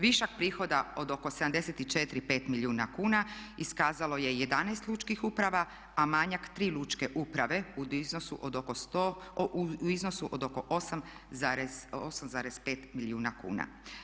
Višak prihoda od oko 74, 75 milijuna kuna iskazalo je 11 lučkih uprava a manjak 3 lučke uprave u iznosu od oko 100, u iznosu od oko 8,5 milijun kuna.